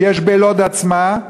שיש בלוד עצמה.